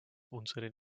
unseren